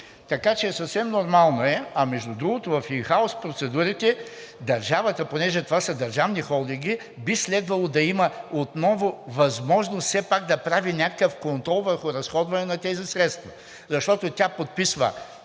Така че съвсем нормално е, а между другото, в ин хаус процедурите държавата, понеже това са държавни холдинги, би следвало да има отново възможност все пак да прави някакъв контрол върху разходване на тези средства, защото тя подписва